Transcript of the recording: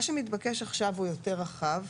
מה שמתבקש עכשיו הוא יותר רחב,